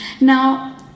Now